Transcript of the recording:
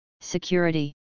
security